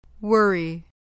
Worry